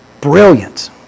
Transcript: Brilliant